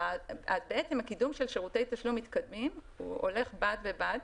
הקידום של שירותי תשלום מתקדמים הולך בד בבד,